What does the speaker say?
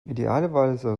idealerweise